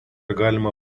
galima